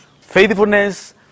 faithfulness